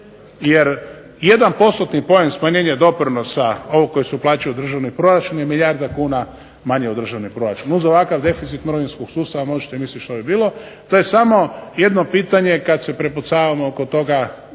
jer jedan postotni poen smanjenje doprinosa ovog koji se uplaćuje u državni proračun je milijarda kuna manje u državni proračun. Uz ovakav deficit mirovinskog sustava možete mislit što bi bilo. To je samo jedno pitanje kad se prepucavamo oko toga